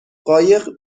قایق